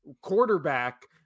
quarterback